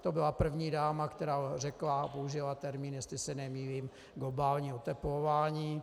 To byla první dáma, která řekla a použila termín, jestli se nemýlím, globální oteplování.